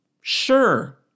sure